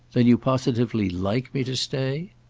then you positively like me to stay?